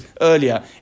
earlier